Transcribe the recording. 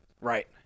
Right